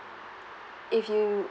if you